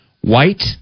White